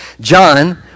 John